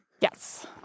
Yes